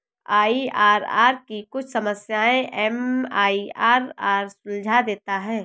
IRR की कुछ समस्याएं एम.आई.आर.आर सुलझा देता है